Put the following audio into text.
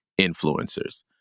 influencers